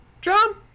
John